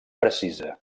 precisa